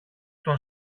τον